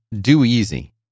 do-easy